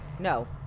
no